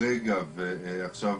ועכשיו